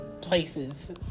places